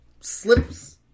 slips